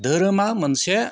धोरोमा मोनसे